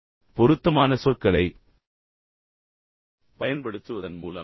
மிகவும் பொருத்தமான சொற்களைப் பயன்படுத்துவதன் மூலம்